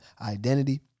identity